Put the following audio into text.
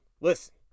listen